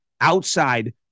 outside